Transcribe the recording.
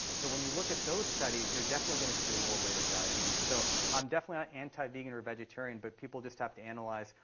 so when you look at those studies, you're definitely going to see a lower rate of diabetes. so i'm definitely not anti-vegan or vegetarian. but people just have to analyze.